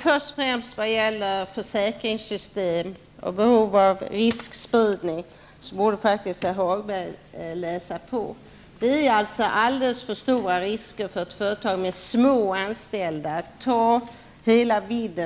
Herr talman! Först gäller det försäkringssystemet och behovet av riskspridningen. Herr Hagberg borde faktiskt läsa vad som sägs i dessa avseenden. Ett företag med få anställda löper alldeles för stor risk t.ex. vid